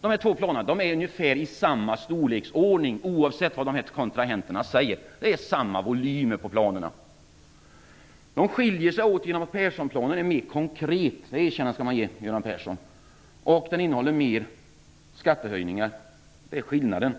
De här två planerna är ungefär i samma storleksordning, oavsett vad kontrahenterna säger. Planerna har samma volym. De skiljer sig åt genom att Perssonplanen är mer konkret - det erkännandet skall man ge Göran Persson - och innehåller mer skattehöjningar. Det är skillnaden.